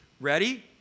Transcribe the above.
Ready